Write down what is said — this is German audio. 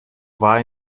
war